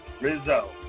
Rizzo